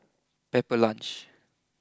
Pepper Lunch